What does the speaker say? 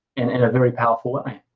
and in a very powerful way.